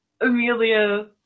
Amelia